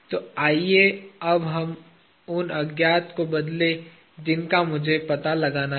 तो आइए अब उन अज्ञातों को बदलें जिनका मुझे पता लगाना है